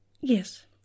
Yes